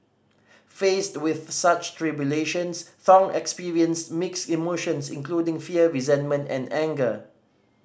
faced with such tribulations Thong experienced mixed emotions including fear resentment and anger